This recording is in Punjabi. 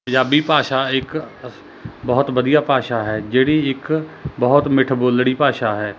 ਪੰਜਾਬੀ ਭਾਸ਼ਾ ਇੱਕ ਅਸ ਬਹੁਤ ਵਧੀਆ ਭਾਸ਼ਾ ਹੈ ਜਿਹੜੀ ਇੱਕ ਬਹੁਤ ਮਿੱਠ ਬੋਲੜੀ ਭਾਸ਼ਾ ਹੈ